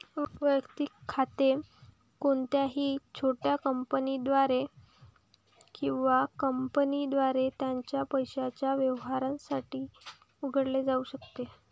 वैयक्तिक खाते कोणत्याही छोट्या कंपनीद्वारे किंवा कंपनीद्वारे त्याच्या पैशाच्या व्यवहारांसाठी उघडले जाऊ शकते